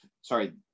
sorry